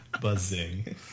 Buzzing